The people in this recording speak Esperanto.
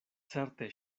certe